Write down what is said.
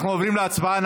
אנחנו עוברים להצבעה.